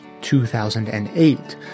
2008